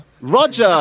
roger